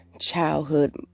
childhood